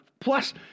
Plus